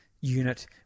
unit